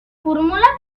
formula